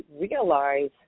realize